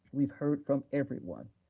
we've heard from everyone,